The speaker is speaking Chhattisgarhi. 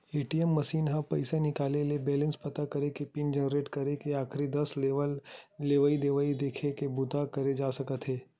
ए.टी.एम मसीन म पइसा निकाले के, बेलेंस पता करे के, पिन जनरेट करे के, आखरी दस लेवइ देवइ देखे के बूता करे जा सकत हे